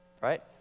Right